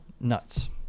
nuts